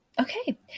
Okay